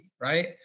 right